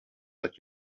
that